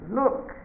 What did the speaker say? look